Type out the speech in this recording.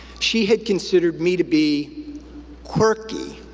she had considered me to be quirky,